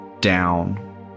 down